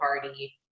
party